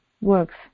works